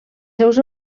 seus